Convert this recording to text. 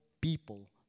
people